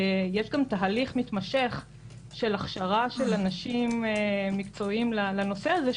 יש גם תהליך מתמשך של הכשרה של אנשים מקצועיים לנושא הזה,